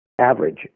average